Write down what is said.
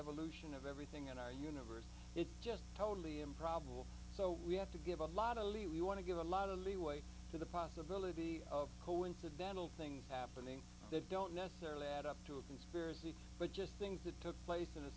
evolution of everything in our universe is just totally improbable so we have to give a lot of leeway you want to give a lot of leeway to the possibility of coincidental things happening that don't necessarily add up to a conspiracy but just things that took place in a